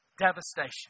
devastation